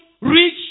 rich